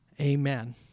Amen